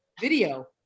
video